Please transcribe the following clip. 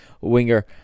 winger